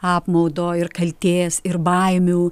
apmaudo ir kaltės ir baimių